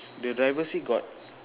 the driver seat got